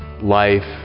Life